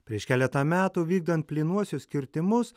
prieš keletą metų vykdant plynuosius kirtimus